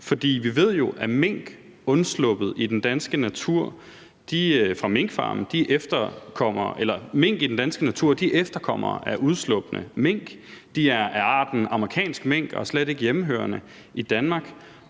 For vi ved jo, at mink i den danske natur er efterkommere af undslupne mink. De er af arten amerikansk mink og er slet ikke hjemmehørende i Danmark,